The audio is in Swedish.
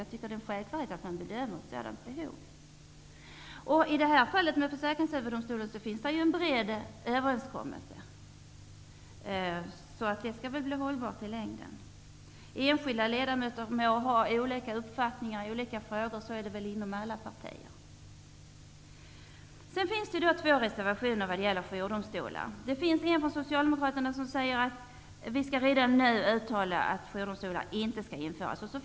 Jag tycker att det är självklart att bedömningen sker på denna grund. Beträffande Försäkringsöverdomstolen finns det en bred överenskommelse, som väl skall vara långsiktigt hållbar. Enskilda ledamöter må ha olika uppfattningar i olika frågor -- så är det väl inom alla partier. I betänkandet finns också två reservationer i frågan om jourdomstolar. I en reservation från Socialdemokraterna anförs att riksdagen redan nu skall uttala att jourdomstolar inte skall införas.